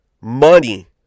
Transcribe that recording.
money